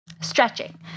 stretching